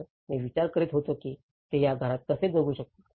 तर मी विचार करत होतो की ते या घरात कसे जगू शकतील